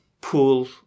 pool